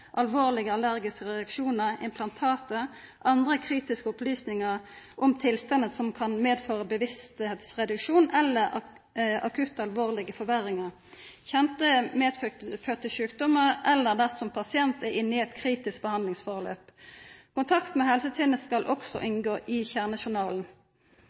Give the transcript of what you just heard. alvorlege allergiske reaksjonar, implantat, andre kritiske opplysningar om tilstandar som kan medføra medvitsreduksjon, eller akutte, alvorlege forverringar, kjende medfødde sjukdommar, eller om pasienten er inne i ein kritisk behandlingsprosess. Kontakt med helsetenesta skal også